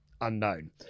unknown